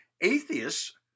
atheists